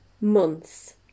months